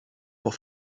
pour